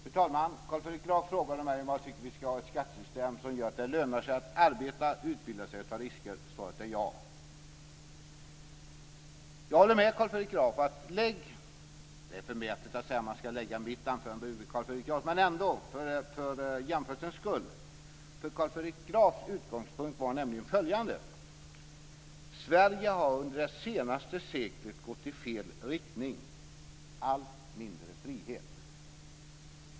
Fru talman! Carl Fredrik Graf frågade mig om jag tycker att vi ska ha ett skattesystem som gör att det lönar sig att arbeta, utbilda sig och ta risker. Svaret är ja. Jag håller med Carl Fredrik Graf om att det för jämförelsens skull vore intressant att lägga - det är förmätet att säga det - mitt anförande bredvid Carl Fredrik Grafs. Carl Fredrik Grafs utgångspunkt var nämligen följande: Sverige har under det senaste seklet gått i fel riktning - allt mindre frihet.